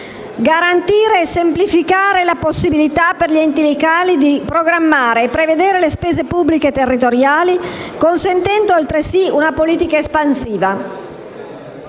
garantire e semplificare la possibilità per gli enti locali di programmare e prevedere le spese pubbliche territoriali, consentendo altresì una politica espansiva.